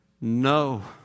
No